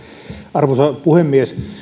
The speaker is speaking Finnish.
arvoisa puhemies